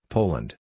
Poland